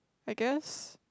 I guess